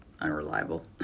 unreliable